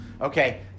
Okay